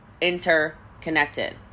interconnected